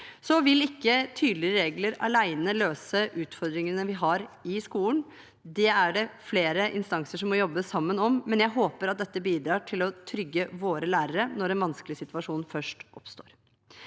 vil ikke alene løse utfordringene vi har i skolen. Det er det flere instanser som må jobbe sammen om, men jeg håper at dette vil bidra til å trygge våre lærere når en vanskelig situasjon først oppstår.